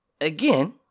Again